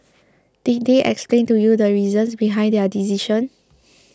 did they explain to you the reasons behind their decision